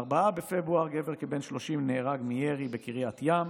ב-4 בפברואר גבר כבן 30 נהרג מירי בקריית ים.